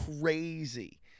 crazy